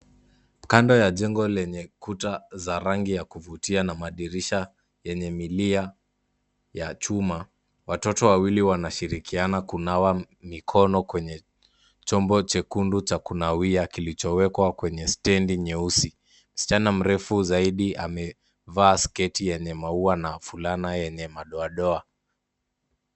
Kando ya jengo lenye kuta za rangi ya kuvutia na madirisha yenye milia ya chuma. Watoto wawili wanashirikiana kunawa mikono kwenye chombo chekundu cha kunawia kilichowekwa kwenye stendi nyeusi. Msichana mrefu zaidi amevaa sketi yenye maua na fulana yenye madoadoa.